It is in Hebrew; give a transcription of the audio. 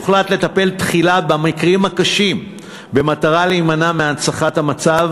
הוחלט לטפל תחילה במקרים הקשים במטרה להימנע מהנצחת המצב,